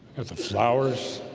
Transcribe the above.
at the flowers